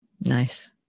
nice